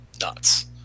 nuts